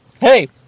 Hey